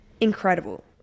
incredible